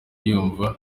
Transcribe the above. yumva